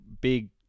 big